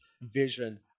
vision